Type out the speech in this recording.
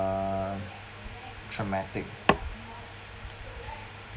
um traumatic